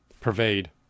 pervade